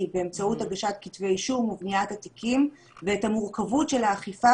באמצעות הגשת כתבי אישום ובניית התיקים ואת המורכבות של האכיפה,